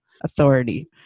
authority